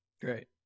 Great